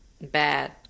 bad